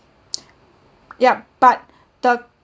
yup but the